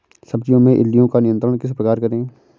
सब्जियों में इल्लियो का नियंत्रण किस प्रकार करें?